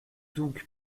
donc